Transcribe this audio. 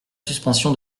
suspension